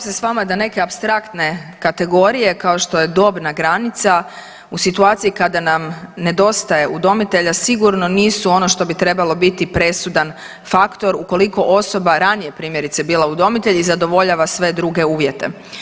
Slažem se s vama da neke apstraktne kategorije kao što je dobna granica u situaciji kada nam nedostaje udomitelja sigurno nisu ono što bi trebalo biti presudan faktor ukoliko osoba ranije primjerice je bila udomitelj i zadovoljava sve druge uvjete.